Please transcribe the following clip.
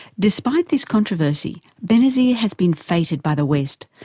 despite this controversy, benazir has been feted by the west,